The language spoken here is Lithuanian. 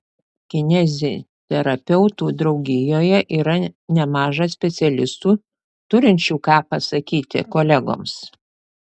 kineziterapeutų draugijoje yra nemaža specialistų turinčių ką pasakyti kolegoms